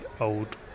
old